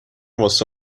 واسه